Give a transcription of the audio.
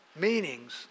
meanings